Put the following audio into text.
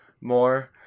more